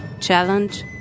challenge